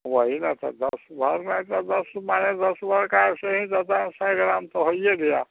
वही न तो दस भर में तो दस माने दस भर का से ही दस ग्राम सै ग्राम तो होइये गया